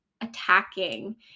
attacking